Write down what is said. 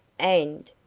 and,